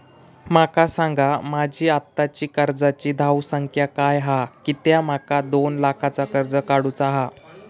माका सांगा माझी आत्ताची कर्जाची धावसंख्या काय हा कित्या माका दोन लाखाचा कर्ज काढू चा हा?